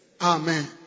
Amen